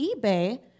eBay